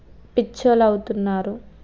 పిచ్చోళ్ళు అవుతున్నారు